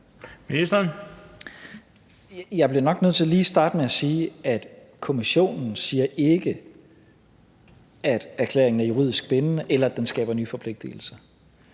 Jeg bliver nok nødt til lige at starte med at sige, at Kommissionen ikke siger, at erklæringen er juridisk bindende, eller at den skaber nye forpligtelser.